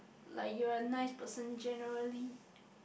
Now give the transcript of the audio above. like you are a nice person generally